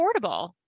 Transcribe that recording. affordable